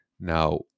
Now